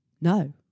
no